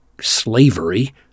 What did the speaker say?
slavery